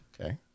Okay